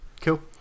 cool